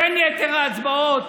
בין יתר ההצבעות,